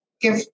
give